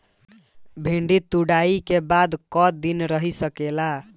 भिन्डी तुड़ायी के बाद क दिन रही सकेला?